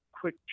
quick